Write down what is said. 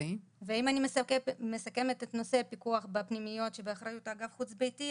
ואם אני מסכמת את נושא הפיקוח בפנימיות שבאחריות אגף חוץ-ביתי,